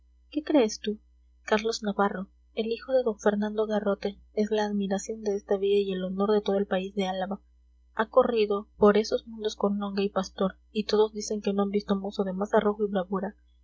qué crees tú carlos navarro el hijo de d fernando garrote es la admiración de esta villa y el honor de todo el país de álava ha corrido por esos mundos con longa y pastor y todos dicen que no han visto mozo de más arrojo y bravura